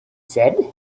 said